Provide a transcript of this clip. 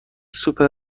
سوپر